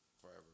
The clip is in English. forever